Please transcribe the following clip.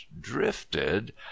drifted